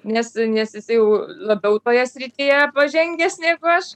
nes nes jisai jau labiau toje srityje pažengęs negu aš